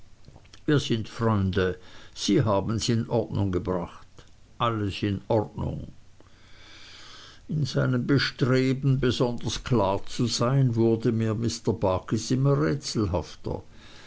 wir sind freunde sie habens in ordnung gebracht alles in ordnung in seinem bestreben besonders klar zu sein wurde mir mr barkis immer rätselhafter